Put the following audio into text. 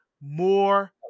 More